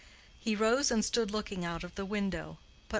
he rose and stood looking out of the window,